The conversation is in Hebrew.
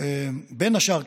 בין השאר,